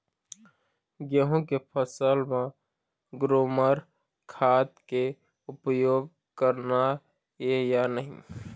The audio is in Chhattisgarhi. गेहूं के फसल म ग्रोमर खाद के उपयोग करना ये या नहीं?